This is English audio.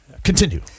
Continue